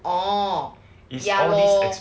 orh ya lor